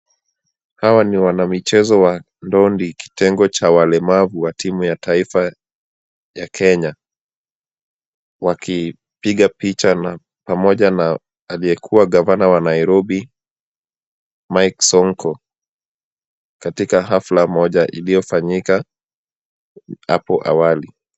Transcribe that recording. Hawa ni wanamichezo wa ndondi kitengo cha walemavu wa timu ya Kenya wakipiga picha pamoja na aliyekua gavana wa Nairobi Mike Sonko ,katika hafla moja iliyofanyika hapo awali .